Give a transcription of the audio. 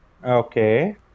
Okay